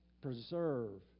preserve